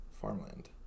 farmland